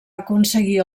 aconseguir